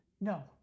No